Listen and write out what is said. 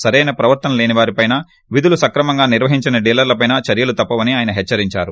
సరైన ప్రవర్తన లేని వారిపైన విధులు సక్రమంగా నిర్వహించని డీలర్జపైన చర్యలు తప్పవని ఆయన హెచ్చరించారు